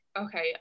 okay